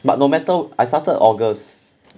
but no matter I started august